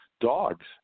dogs